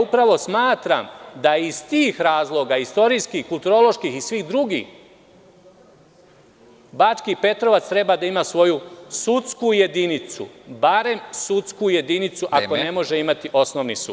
Upravo smatram da iz tih razloga, istorijskih, kulturoloških i svih drugih, Bački Petrovac treba da ima svoju sudsku jedinicu, barem sudsku jedinicu, ako ne može imati osnovni sud.